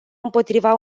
împotriva